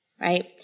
right